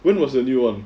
when was the new [one]